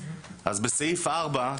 אז בסעיף 4,